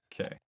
Okay